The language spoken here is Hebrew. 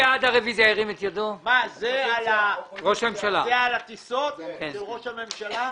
זה על הטיסות של ראש הממשלה?